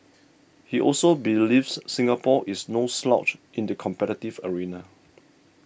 he also believes Singapore is no slouch in the competitive arena